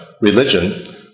religion